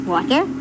Water